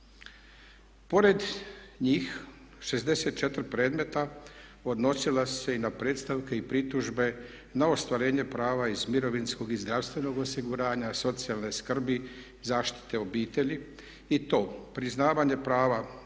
Pored njih 64 predmeta odnosila su se i na predstavke i pritužbe na ostvarenje prava iz mirovinskog i zdravstvenog osiguranja, socijalne skrbi, zaštite obitelji i to priznavanje prava